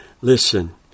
Listen